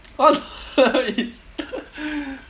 !walao! eh